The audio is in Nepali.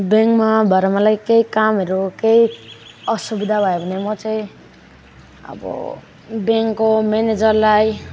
ब्याङ्कमा भएर मलाई केही कामहरू केही असुविधा भयो भने म चाहिँ अब ब्याङ्कको म्यानेजरलाई